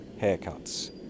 haircuts